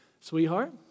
Sweetheart